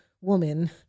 woman